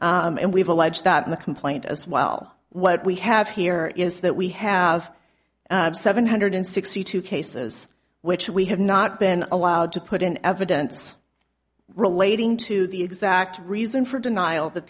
q and we've alleged that in the complaint as well what we have here is that we have seven hundred sixty two cases which we have not been allowed to put in evidence relating to the exact reason for denial